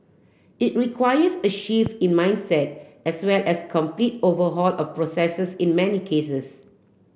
it requires a shift in mindset as well as complete overhaul of processes in many cases